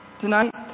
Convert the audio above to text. tonight